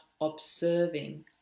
observing